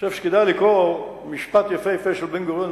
אני חושב שכדאי לקרוא משפט יפהפה של בן-גוריון,